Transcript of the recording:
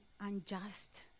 unjust